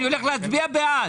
אני הולך להצביע בעד.